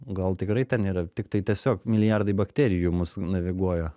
gal tikrai ten yra tiktai tiesiog milijardai bakterijų mus naviguoja